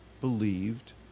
believed